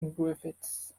griffiths